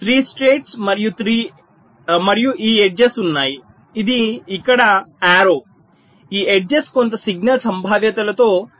3 states మరియు ఈ edges ఉన్నాయి ఇది ఇక్కడ బాణం ఈ ఎడ్జెస్ కొంత సిగ్నల్ సంభావ్యతలతో 0